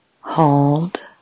Hold